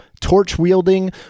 torch-wielding